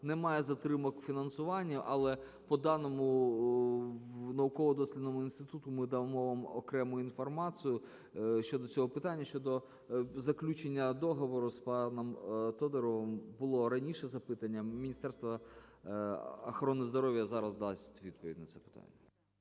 немає затримок у фінансуванні. Але по даному науково-дослідному інституту ми дамо вам окремо інформацію. Щодо цього питання, щодо заключення договору з паном Тодуровим, було раніше запитання. Міністерство охорони здоров'я зараз дасть відповідь на це питання.